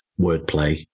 wordplay